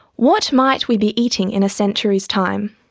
what might we be eating in a century's time?